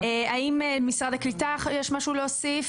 האם למשרד הקליטה יש משהו להוסיף?